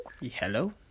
hello